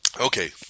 Okay